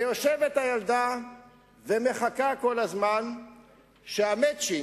יושבת הילדה ומחכה כל הזמן שיהיה "מצ'ינג"